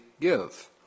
give